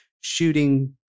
shooting